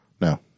No